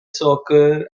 soccer